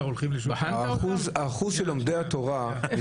הולכים ------ שלא תחשוב לימוד תורה זה